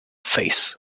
face